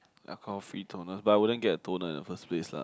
alcohol free toners but I wouldn't get a toner in the first place lah